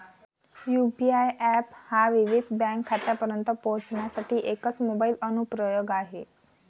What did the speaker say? UPI app हा विविध बँक खात्यांपर्यंत पोहोचण्यासाठी एकच मोबाइल अनुप्रयोग आहे